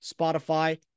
Spotify